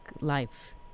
life